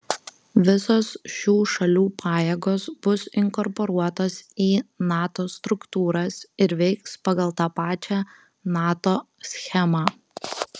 visos šių šalių pajėgos bus inkorporuotos į nato struktūras ir veiks pagal tą pačią nato schemą